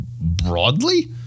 broadly